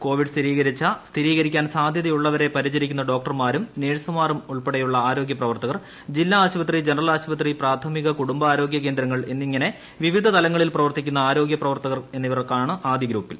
Covid സ്ഥിരീകരിച്ച സ്ഥിരീകരിക്കാൻ സാധ്യതയുള്ളവരെ പരിചരിക്കുന്ന ഡോക്ടർമാരും നേഴ്സുമാരും ഉൾപ്പെടെയുള്ള ആരോഗ്യ പ്രവർത്തകർ ജില്ലാ ആശുപത്രി ജനറൽ ആശുപത്രി പ്രാഥമിക കൂടുംബാരോഗൃ കേന്ദ്രങ്ങൾ എന്നിങ്ങനെ വിവിധ തലങ്ങളിൽ പ്രവർത്തിക്കുന്ന ആരോഗൃ പ്രവർത്തകർ എന്നിവരാണ് ആദ്യ ഗ്രൂപ്പിൽ